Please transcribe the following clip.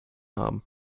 haben